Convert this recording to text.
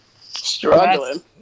Struggling